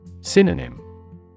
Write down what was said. Synonym